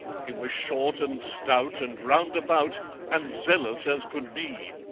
he was short and stout and round about and zealous as could be.